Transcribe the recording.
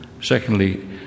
Secondly